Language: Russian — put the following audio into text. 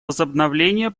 возобновления